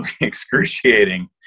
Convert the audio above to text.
excruciating